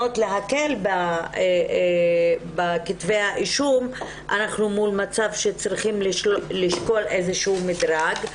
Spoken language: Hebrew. להקל בכתבי האישום אנחנו צריכים לשקול איזשהו מדרג.